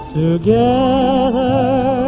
together